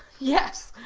yes,